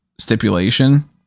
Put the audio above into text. stipulation